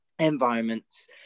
environments